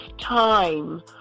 time